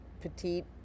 petite